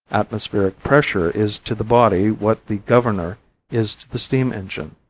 atmospheric pressure is to the body what the governor is to the steam engine,